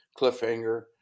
Cliffhanger